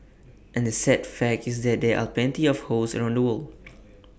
and the sad fact is that there are plenty of hosts around the world